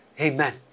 Amen